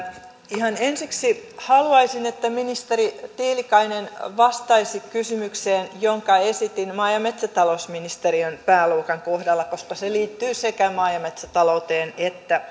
ihan ensiksi haluaisin että ministeri tiilikainen vastaisi kysymykseen jonka esitin maa ja metsätalousministeriön pääluokan kohdalla koska se liittyy sekä maa ja metsätalouteen että